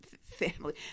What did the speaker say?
family